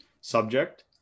subject